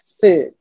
food